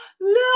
look